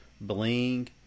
bling